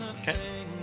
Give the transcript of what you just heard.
Okay